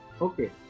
okay